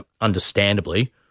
understandably